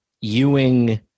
Ewing